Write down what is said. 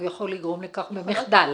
הוא יכול לגרום לכך במחדל,